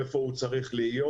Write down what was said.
איפה הוא צריך להיות,